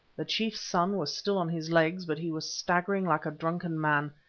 the chief's son was still on his legs, but he was staggering like a drunken man,